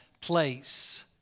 place